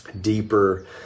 deeper